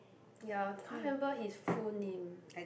ya can't remember his full name